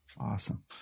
Awesome